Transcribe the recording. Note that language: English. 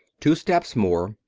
two steps more,